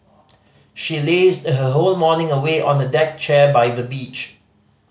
she lazed her whole morning away on a deck chair by the beach